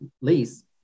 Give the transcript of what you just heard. lease